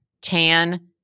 tan